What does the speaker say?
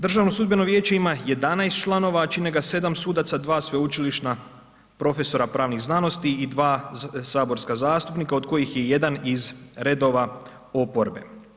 Državno sudbeno vijeće ima 11 članova, a čine ga 7 sudaca, 2 sveučilišna profesora pravnih znanosti i 2 saborska zastupnika od kojih je jedan iz redova oporbe.